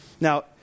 now